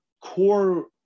core